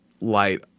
light